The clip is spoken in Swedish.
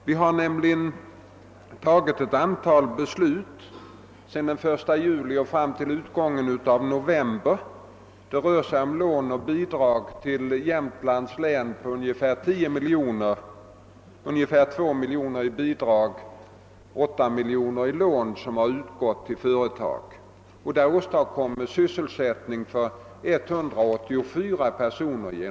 Vi har nämligen fattat ett antal beslut från den 1 juli fram till utgången av november, vilka rör sig om lån och bidrag till företag inom Jämtlands län på ungefär 10 miljoner, ungefär 2 miljoner i bidrag och 8 miljoner i lån. Genom det har man skaffat sysselsättning åt 184 personer.